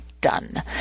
done